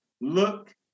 look